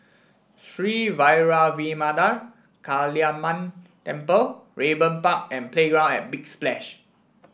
Sri Vairavimada Kaliamman Temple Raeburn Park and Playground at Big Splash